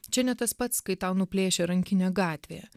čia ne tas pats kai tau nuplėšia rankinę gatvėje